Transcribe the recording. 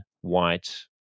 white